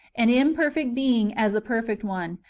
an imperfect being as a perfect one,